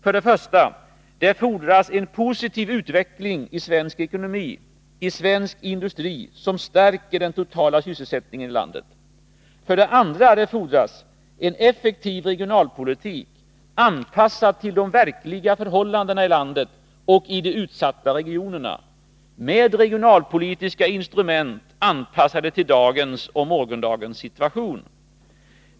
För det första: Det fordras en positiv utveckling i svensk ekonomi, i svensk industri, som stärker den totala sysselsättningen i landet. För det andra: Det fordras en effektiv regionalpolitik, anpassad till de verkliga förhållandena i landet och i de utsatta regionerna, med regionalpolitiska instrument anpassade till dagens och morgondagens situation.